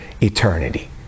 eternity